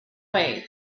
way